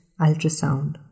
ultrasound